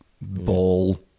ball